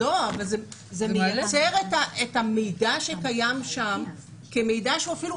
זה מייצר את המידע שקיים שם כמידע שהוא אפילו